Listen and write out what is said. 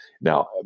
Now